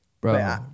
Bro